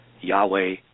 Yahweh